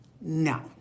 No